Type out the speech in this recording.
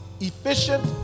efficient